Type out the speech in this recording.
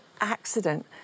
accident